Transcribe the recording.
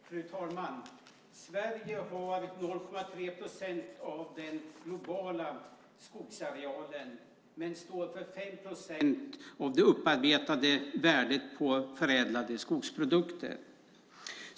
Fru talman! Sverige har 0,3 procent av den globala skogsarealen men står för 5 procent av det upparbetade värdet av förädlade skogsprodukter.